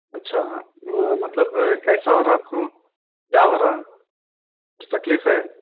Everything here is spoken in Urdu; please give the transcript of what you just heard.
اچھا مطلب کیسا ہو رہا ہے آپ کو کیا ہو رہا ہے تکلیف ہے